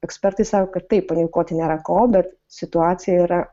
ekspertai sako kad taip panikuoti nėra ko bet situacija yra